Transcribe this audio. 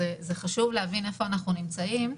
חשוב להבין איפה אנחנו נמצאים.